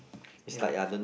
ya